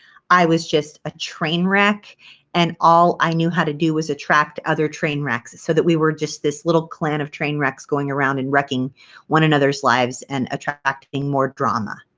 i was just a train wreck and all i know how to do was attract other train wrecks so that we were just this little clan of train wrecks going around and wrecking one another's lives and attracting more drama.